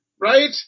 right